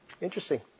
Interesting